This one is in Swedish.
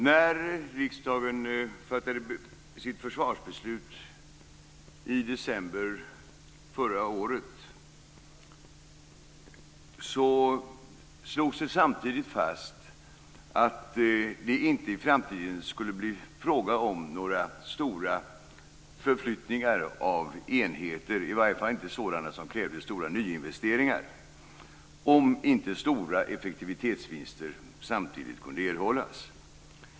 När riksdagen fattade sitt försvarsbeslut i december förra året slogs det samtidigt fast att det i framtiden inte skulle bli fråga om några stora förflyttningar av enheter, i varje fall inte sådana som krävde stora nyinvesteringar, om inte stora effektivitetsvinster samtidigt kunde erhållas.